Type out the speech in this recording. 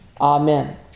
Amen